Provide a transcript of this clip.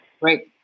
Right